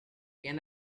can